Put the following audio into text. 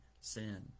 sin